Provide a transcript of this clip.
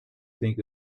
think